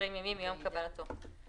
מה שנאמר כאן בהמשך הדרך,